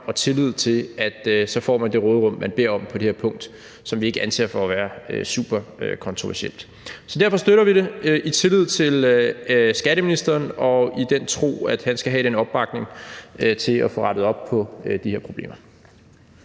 og tillid, så man får det råderum, man beder om, på det her punkt, som vi ikke anser for at være super kontroversielt. Derfor støtter vi det i tillid til skatteministeren og i den tro, at han skal have den opbakning til at få rettet op på de her problemer.